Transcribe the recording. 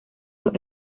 los